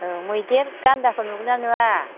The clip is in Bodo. औ मैदेर गान्दाफोर नुगोन ना नुवा